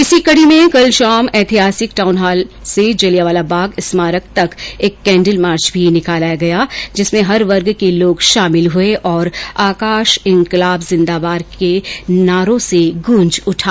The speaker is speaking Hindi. इसी कड़ी में कल शाम ऐतिहासिक टाउनहाल से जलियांवाला बाग स्मारक तक एक कैंडल मार्च भी निकाला गया जिसमें हर वर्ग के लोग शामिल हुए और आकाश इन्कलाब जिंदाबाद के नारों से गूंज उठा